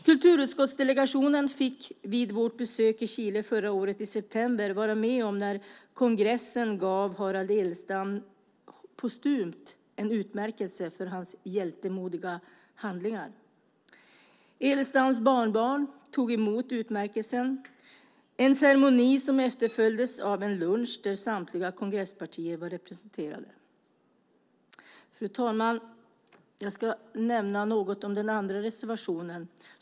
Kulturutskottsdelegationen fick vid vårt besök i Chile i september förra året vara med när kongressen gav Harald Edelstam postumt en utmärkelse för hans hjältemodiga handlingar. Edelstams barnbarn tog emot utmärkelsen. Det var en ceremoni som efterföljdes av en lunch där samtliga kongresspartier var representerade. Fru talman! Jag ska nämna något om den andra reservationen.